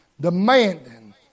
demanding